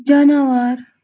جاناوار